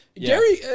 Gary